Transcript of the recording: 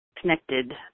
connected